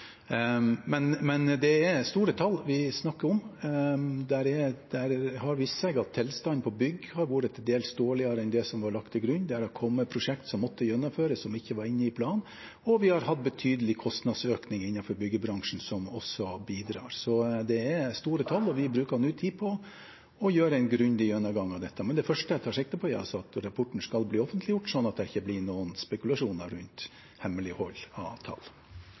Men det er store tall vi snakker om. Det har vist seg at tilstanden på bygg har vært til dels dårligere enn det som ble lagt til grunn. Det har kommet prosjekt som måtte gjennomføres, som ikke var i planen, og vi har hatt betydeligkostnadsøkning innenfor byggebransjen som også bidrar. Så det er store tall, og vi bruker mye tid på å gjøre en grundig gjennomgang av dette. Men det første jeg tar sikte på, er at rapporten skal bli offentlig, sånn at det ikke blir noen spekulasjoner rundt hemmelighold av tall.